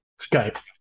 Skype